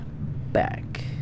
back